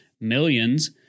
millions